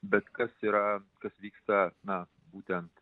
bet kas yra kas vyksta na būtent